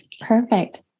perfect